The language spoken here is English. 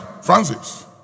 Francis